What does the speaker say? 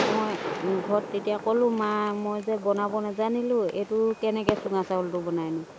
মই ঘৰত তেতিয়া ক'লো মা মই যে বনাব নেজানিলো এইটো কেনেকৈ চুঙা চাউলটো বনায়নো